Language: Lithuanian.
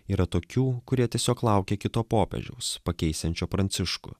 yra tokių kurie tiesiog laukia kito popiežiaus pakeisiančio pranciškų